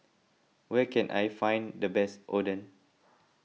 where can I find the best Oden